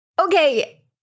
Okay